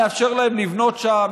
נאפשר להם לבנות שם,